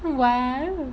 !wow!